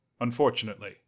Unfortunately